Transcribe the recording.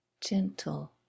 gentle